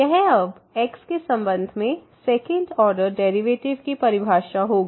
यह अब x के संबंध में सेकंड ऑर्डर डेरिवेटिव की परिभाषा होगी